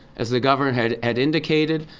as the governor had had indicated,